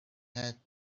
had